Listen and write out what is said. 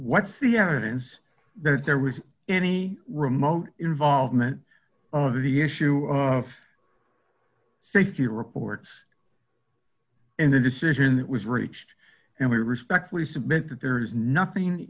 what's the evidence that there was any remote involvement of the issue of safety reports in the decision that was reached and we respectfully submit that there is nothing